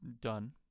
done